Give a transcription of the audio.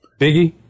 Biggie